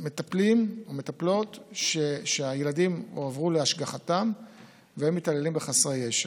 למטפלים או מטפלות שהילדים הועברו להשגחתם והם מתעללים בחסרי ישע.